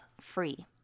free